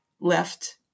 left